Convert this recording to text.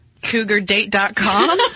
Cougardate.com